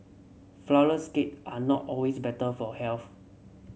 flourless cake are not always better for health